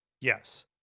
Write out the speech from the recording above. Yes